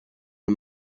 the